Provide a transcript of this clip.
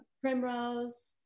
primrose